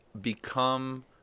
become